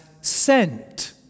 sent